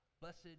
Blessed